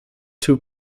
two